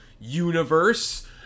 universe